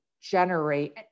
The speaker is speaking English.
generate